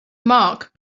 mark